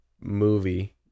movie